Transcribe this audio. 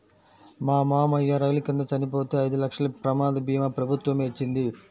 మా మావయ్య రైలు కింద చనిపోతే ఐదు లక్షల ప్రమాద భీమా ప్రభుత్వమే ఇచ్చింది